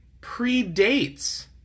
predates